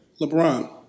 LeBron